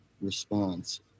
response